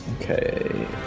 Okay